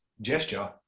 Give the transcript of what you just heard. gesture